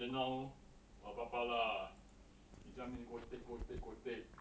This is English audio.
then now 我爸爸 lah he tell me to go take go take go take